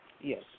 Yes